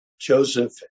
Joseph